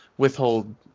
withhold